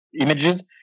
images